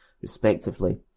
respectively